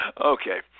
Okay